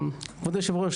כבוד יושב הראש,